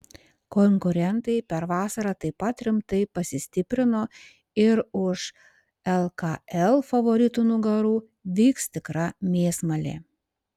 konkurentai per vasarą taip pat rimtai pasistiprino ir už lkl favoritų nugarų vyks tikra mėsmalė